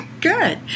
Good